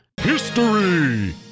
history